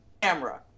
camera